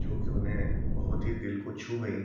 जो कि उन्हें बहुत ही दिल को छू गईं